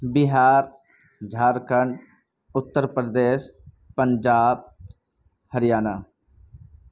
Bihar Jharkhand Uttar Pradesh Punjab Haryana